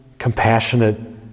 Compassionate